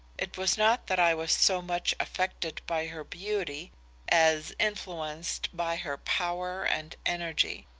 it was not that i was so much affected by her beauty as influenced by her power and energy.